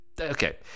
Okay